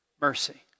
Mercy